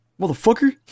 Motherfucker